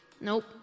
Nope